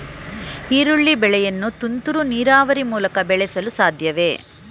ಈರುಳ್ಳಿ ಬೆಳೆಯನ್ನು ತುಂತುರು ನೀರಾವರಿ ಮೂಲಕ ಬೆಳೆಸಲು ಸಾಧ್ಯವೇ?